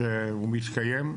שהוא מתקיים.